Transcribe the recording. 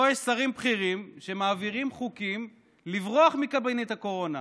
פה יש שרים בכירים שמעבירים חוקים לברוח מקבינט הקורונה,